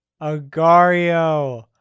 agario